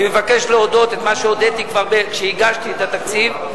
אני מבקש להודות למי שכבר הודיתי כשהגשתי את התקציב,